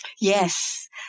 Yes